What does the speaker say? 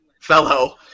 fellow